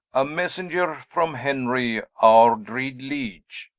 a messenger from henry, our dread liege,